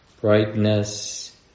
brightness